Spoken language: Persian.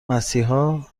مسیحا